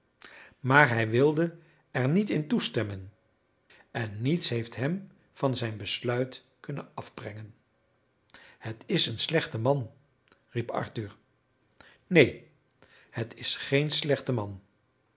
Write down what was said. maar hij wilde er niet in toestemmen en niets heeft hem van zijn besluit kunnen afbrengen het is een slechte man riep arthur neen het is geen slechte man